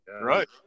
Right